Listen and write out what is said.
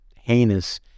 heinous